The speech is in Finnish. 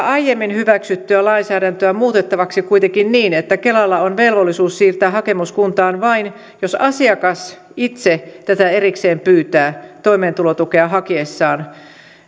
aiemmin hyväksyttyä lainsäädäntöä muutettavaksi kuitenkin niin että kelalla on velvollisuus siirtää hakemus kuntaan vain jos asiakas itse tätä erikseen pyytää toimeentulotukea hakiessaan